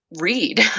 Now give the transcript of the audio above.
read